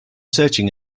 searching